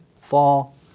fall